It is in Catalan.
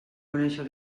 conèixer